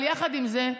יחד עם זה,